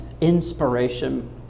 inspiration